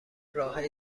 راه